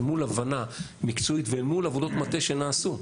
אל מול הבנה מקצועית ואל מול עבודות מטה שנעשו,